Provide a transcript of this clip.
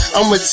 I'ma